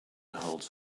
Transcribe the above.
holds